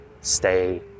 Stay